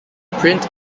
print